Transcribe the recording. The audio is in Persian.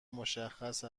مشخص